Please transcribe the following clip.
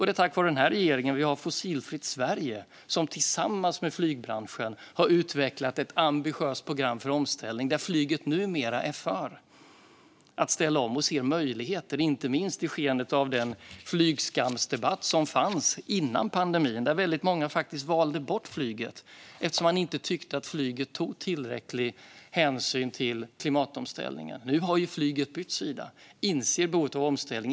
Det är tack vare den här regeringen som vi har Fossilfritt Sverige, som tillsammans med flygbranschen har utvecklat ett ambitiöst program för omställning, där flyget numera är för att ställa om och ser möjligheter, inte minst i skenet av den flygskamsdebatt som fanns före pandemin, där väldigt många valde bort flyget eftersom de inte tyckte att flyget tog tillräcklig hänsyn till klimatomställningen. Nu har flyget bytt sida och inser behovet av omställning.